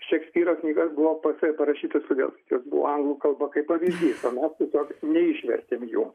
šekspyro knygas buvo ps parašytas todėl kad jos buvo anglų kalba kaip pavyzdys o mes tiesiog neišvertėm jų